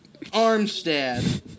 Armstead